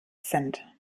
sind